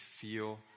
feel